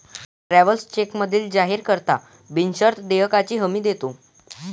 travellers चेकमधील जारीकर्ता बिनशर्त देयकाची हमी देतो